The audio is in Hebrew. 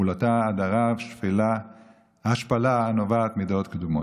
מול אותה הדרה והשפלה הנובעות מדעות קדומות.